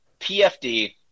PFD